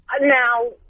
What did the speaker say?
Now